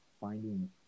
finding